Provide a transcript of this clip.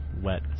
wet